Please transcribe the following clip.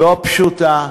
לא פשוטה,